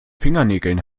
fingernägeln